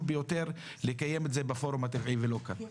ביותר לקיים אותו בפורום הטבעי ולא כאן.